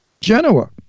Genoa